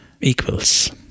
equals